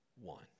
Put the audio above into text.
one